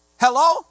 Hello